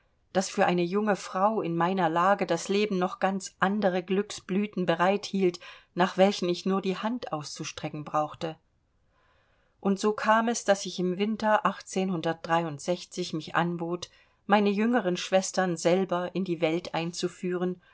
daß für eine junge frau in meiner lage das leben noch ganz andere glücksblüten bereit hielt nach welchen ich nur die hand auszustrecken brauchte und so kam es daß ich im winter mich anbot meine jüngeren schwestern selber in die welt einzuführen